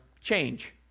change